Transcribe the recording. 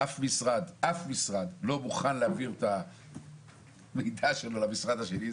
אף משרד לא מוכן להעביר את המידע שלו למשרד השני.